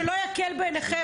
שלא יקל בעינכם,